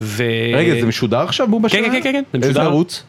רגע, זה משודר עכשיו? כן כן כן. באיזה ערוץ?